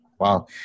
wow